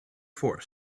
force